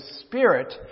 spirit